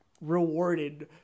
rewarded